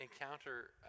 encounter